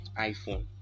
iPhone